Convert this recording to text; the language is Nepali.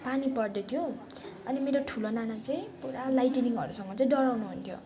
पानी पर्दैथ्यो अनि मेरो ठुलो नाना चाहिँ पुरा लाइटेनिङहरूसँग चाहिँ डराउनु हुन्थ्यो